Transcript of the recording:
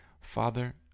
Father